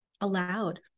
allowed